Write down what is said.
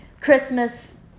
Christmas